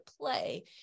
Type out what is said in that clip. play